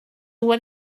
what